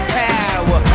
power